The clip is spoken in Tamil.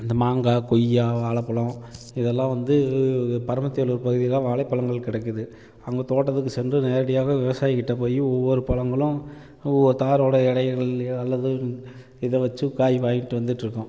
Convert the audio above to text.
இந்த மாங்காய் கொய்யா வாழைப்பழம் இதெல்லாம் வந்து பரமத்தேளூர் பகுதியில் வாழைப்பழங்கள் கிடைக்கிது அங்கே தோட்டத்துக்கு சென்று நேரடியாக விவசாயிகிட்ட போய் ஒவ்வொரு பழங்களும் ஒவ்வொரு தாரோட எடையிலேயோ அல்லது இதை வச்சு காய் வாங்கிட்டு வந்துட்டிருக்கோம்